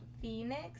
phoenix